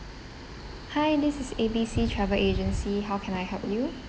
hi this is A B C travel agency how can I help you